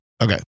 okay